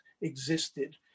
existed